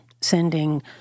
sending